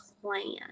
plan